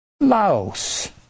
Laos